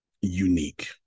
unique